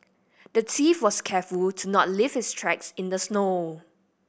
the thief was careful to not leave his tracks in the snow